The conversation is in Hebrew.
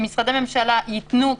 שמשרדי ממשלה ייתנו,